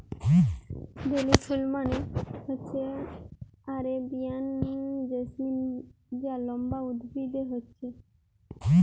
বেলি ফুল মানে হচ্ছে আরেবিয়ান জেসমিন যা লম্বা উদ্ভিদে হচ্ছে